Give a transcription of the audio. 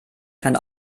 kann